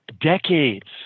decades